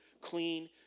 clean